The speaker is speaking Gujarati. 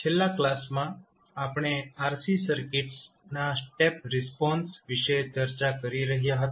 છેલ્લા કલાસ માં આપણે RC સર્કિટ્સ ના સ્ટેપ રિસ્પોન્સ વિશે ચર્ચા કરી રહ્યા હતા